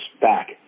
back